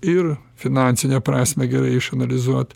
ir finansinę prasmę gerai išanalizuot